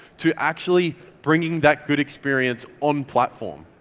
to actually bringing that good experience on platform.